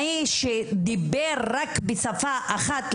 מי שדיבר רק בשפה אחת ,